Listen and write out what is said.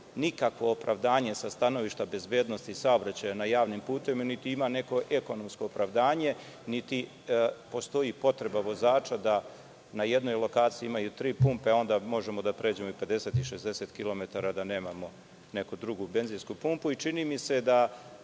nikakvo opravdanje sa stanovišta bezbednosti saobraćaja na javnim putevima, niti ima neko ekonomsko opravdanje, niti postoji potreba vozača da na jednoj lokaciji imaju tri pumpe, a onda mogu da pređu i 50 i 60 kilometara i da nemaju neku drugu benzinsku pumpu. Naravno,